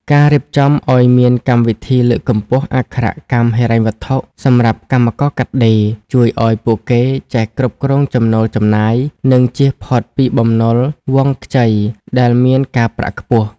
ការរៀបចំឱ្យមានកម្មវិធីលើកកម្ពស់អក្ខរកម្មហិរញ្ញវត្ថុសម្រាប់កម្មករកាត់ដេរ ជួយឱ្យពួកគេចេះគ្រប់គ្រងចំណូលចំណាយ និងជៀសផុតពីបំណុលវង់ខ្ចីដែលមានការប្រាក់ខ្ពស់។